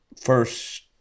first